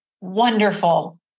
wonderful